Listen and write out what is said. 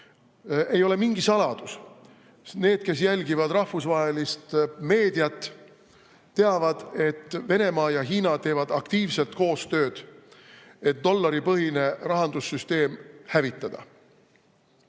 ei ole mingi saladus – need, kes jälgivad rahvusvahelist meediat, teavad seda –, et Venemaa ja Hiina teevad aktiivset koostööd, et dollaripõhine rahandussüsteem hävitada.